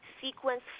sequence